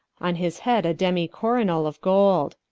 on his head, a demy coronall of gold.